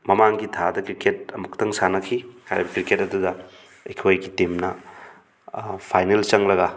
ꯃꯃꯥꯡꯒꯤ ꯇꯥꯗ ꯀ꯭ꯔꯤꯛꯀꯦꯠ ꯑꯃꯨꯛꯇꯪ ꯁꯥꯟꯅꯈꯤ ꯍꯥꯏꯔꯤꯕ ꯀ꯭ꯔꯤꯛꯀꯦꯠ ꯑꯗꯨꯗ ꯑꯩꯈꯣꯏꯒꯤ ꯇꯤꯝꯅ ꯐꯥꯏꯅꯦꯜ ꯆꯪꯂꯒ